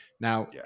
now